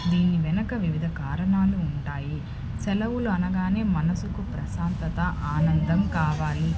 దీని వెనక వివిధ కారణాలు ఉంటాయి సెలవులు అనగానే మనసుకు ప్రశాంతత ఆనందం కావాలి